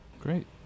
Great